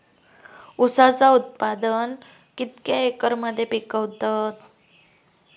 ऊसाचा उत्पादन कितक्या एकर मध्ये पिकवतत?